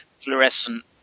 fluorescent